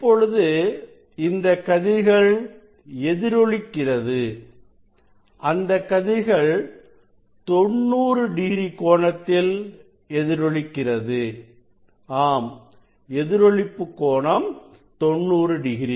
இப்பொழுது இந்த கதிர்கள் எதிரொலிக்கிறது அந்த கதிர்கள் 90 டிகிரி கோணத்தில் எதிரொலிக்கிறது ஆம் எதிரொளிப்பு கோணம் 90